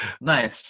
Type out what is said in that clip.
Nice